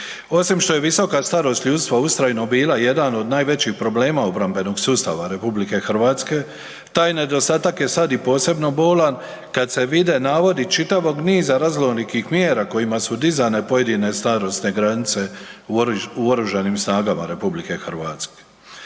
Osim što je visoka starost ljudstva ustrajno bila jedan od najvećih problema obrambenog sustava RH taj nedostatak je sad i posebno bolan kad se vide navodi čitavog niza raznolikih mjera kojima su dizane pojedine starosne granice u Oružanim snagama RH.